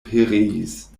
pereis